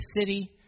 city